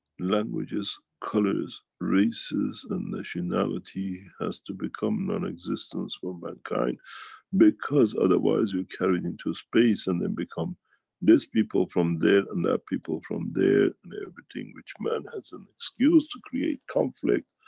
languages, colors, races, and nationality has to become non-existence for mankind because, otherwise, you carry it into space. and then, become these people from there, and that people from there, and everything which man has an excuse to create conflict,